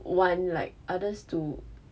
want like others to